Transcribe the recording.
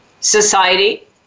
society